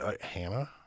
Hannah